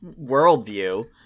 worldview